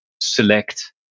select